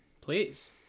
please